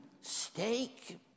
steak